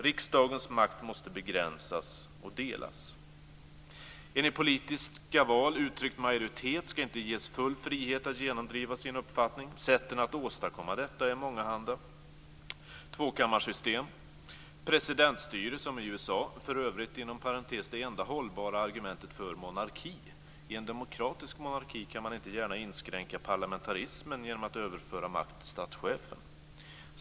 Riksdagens makt måste begränsas och delas. En i politiska val uttryckt majoritet ska inte ges full frihet att genomdriva sin uppfattning. Sätten att åstadkomma detta är mångahanda: Där finns tvåkammarsystem och presidentstyre som i USA. Inom parentes sagt är det enda hållbara argumentet för monarki att i en demokratisk monarki kan man inte gärna inskränka parlamentarismen genom att överföra makt till statschefen.